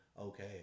Okay